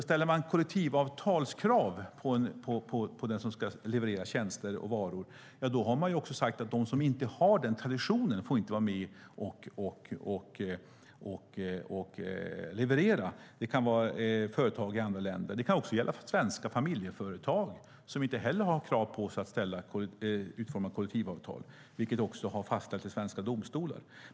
Ställer man kollektivavtalskrav på den som ska leverera tjänster och varor har man också sagt att de som inte har den traditionen inte får vara med och leverera. Det kan vara företag i andra länder, och det kan också gälla svenska familjeföretag som inte heller har krav på sig att utforma kollektivavtal, vilket har fastställts i svenska domstolar.